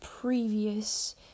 previous